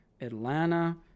Atlanta